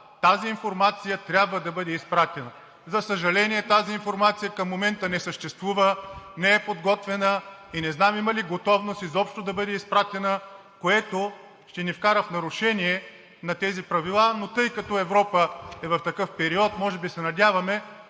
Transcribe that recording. тази информация трябва да бъде изпратена. За съжаление, тази информация към момента не съществува, не е подготвена и не знам има ли готовност изобщо да бъде изпратена, което ще ни вкара в нарушение на тези правила, но тъй като Европа е в такъв период, може би се надяваме,